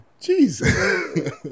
Jesus